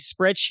spreadsheet